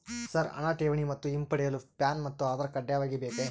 Sir ಹಣ ಠೇವಣಿ ಮತ್ತು ಹಿಂಪಡೆಯಲು ಪ್ಯಾನ್ ಮತ್ತು ಆಧಾರ್ ಕಡ್ಡಾಯವಾಗಿ ಬೇಕೆ?